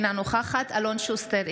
אינה נוכחת אלון שוסטר,